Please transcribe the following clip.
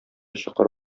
чокыр